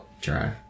try